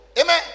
Amen